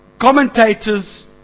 commentators